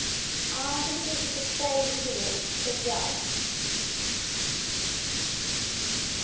हां ते फ्ही तुस इत्थै पजाई बी छोड़ेओ कड़गयाल